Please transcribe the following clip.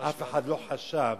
אף אחד לא חשב